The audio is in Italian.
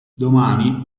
domani